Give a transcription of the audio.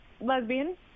lesbian